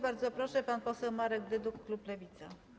Bardzo proszę, pan poseł Marek Dyduch, klub Lewica.